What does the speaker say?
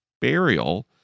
burial